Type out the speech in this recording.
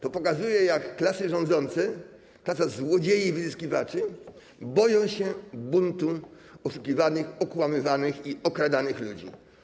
To pokazuje, jak klasa rządząca, klasa złodziei i wyzyskiwaczy, boi się buntu oszukiwanych, okłamywanych i okradanych ludzi.